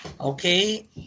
Okay